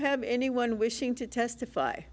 have anyone wishing to testify